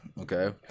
okay